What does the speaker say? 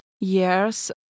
years